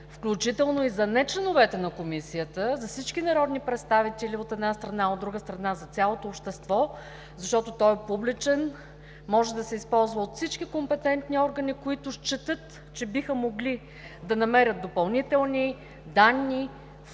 включително и за нечленовете на Комисията, и за всички народни представители, от една страна, а от друга страна – за цялото общество. Защото той е публичен, може да се използва от всички компетентни органи, които счетат, че биха могли да намерят допълнителни данни, факти,